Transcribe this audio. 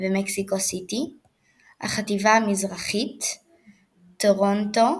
ומקסיקו סיטי החטיבה המזרחית טורונטו,